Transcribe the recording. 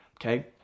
Okay